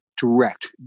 direct